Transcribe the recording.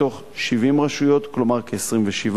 מתוך 70 רשויות, כלומר כ-27%,